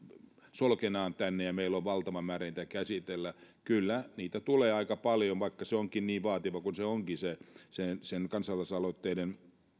solkenaan tänne ja meillä on valtava määrä niitä käsitellä kyllä niitä tulee aika paljon niin vaativaa kuin se kansalaisaloitteiden